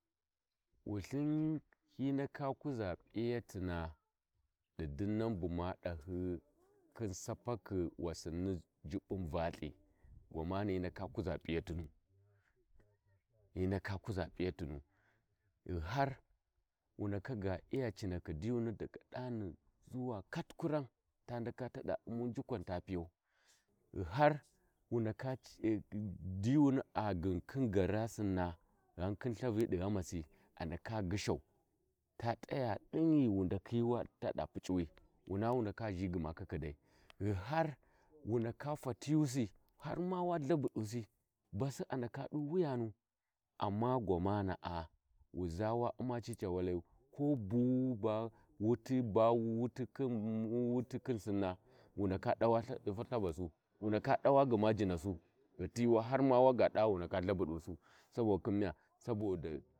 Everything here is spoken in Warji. ﻿Wulthin hi ndaka kuʒa p’iyatina di binnan bu ma dahi kihin Sapakhi wasiuni jibbun Valthi gwamana hi ndaka kuʒa p'iyatinu hi ndaka kuza p’iyatinu ih ndaka kuza p’iyatinu ghi har wu ndaka ga iya cinakhi diyuni daga dani ʒuwa kat kuran ta ndaka tada umu njukwa ta p’iyan ghi har wu ndaka did diyuni a guuti khin garasinna ghankhin lthavi di ghamasi a ndaka gyishau ya ndaka din ghi wu ndakhi tada puc’uwi wuna wu ndake zhi gma kikkidai ghi har wu ndaka fatiyu si har ma wa lthabudusi basi a ndaka uma Wuyanu amma gwamana’a Wu zaa Wa uma cica Walayo ko bu ba Wuti khin wu wuti ba wuti khi Sinna wu ndaka dawa lthavasu wu ndaka dawa gma jinasu ghifi ma gma wa dava gma wu ndaka thabu dusu sabo khin miya Sabo da.